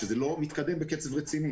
שזה לא מתקדם בקצב רציני.